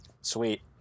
Sweet